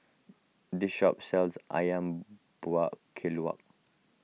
this shop sells Ayam Buah Keluak